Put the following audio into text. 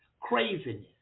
Craziness